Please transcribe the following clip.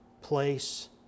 place